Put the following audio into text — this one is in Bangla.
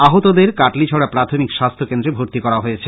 আহতদের কাটলিছড়া প্রাথমিক স্বাস্থ্য কেন্দ্রে ভর্ত্তি করা হয়েছে